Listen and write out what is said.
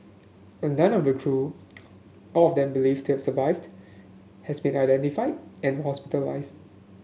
and none of the crew all of them believed to have survived has been identified and hospitalized